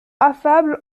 affable